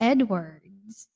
Edwards